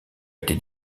été